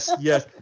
yes